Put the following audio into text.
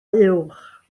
uwch